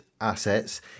assets